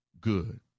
good